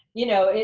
you know,